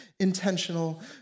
intentional